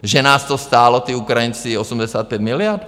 Že nás to stálo, ti Ukrajinci, 85 miliard?